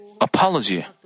apology